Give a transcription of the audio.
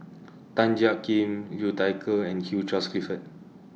Tan Jiak Kim Liu Thai Ker and Hugh Charles Clifford